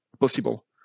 possible